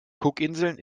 cookinseln